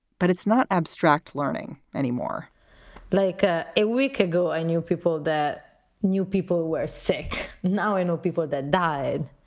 but it's not abstract learning anymore like ah a week ago, i knew people that knew people who were sick. now i know people that died.